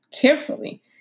carefully